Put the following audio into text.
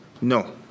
No